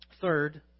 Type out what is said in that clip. Third